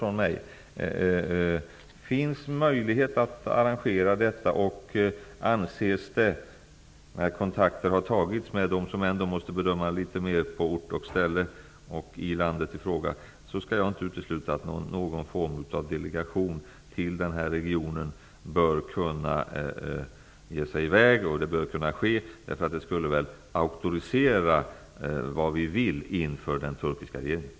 Om det finns möjlighet att arrangera en sådan och om kontakter har tagits med dem som bedömer läget på ort och ställe skall jag inte utesluta att någon form av delegation till regionen bör kunna ge sig i väg. Det skulle auktorisera vad vi vill inför den turkiska regeringen.